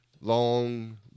long